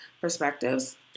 perspectives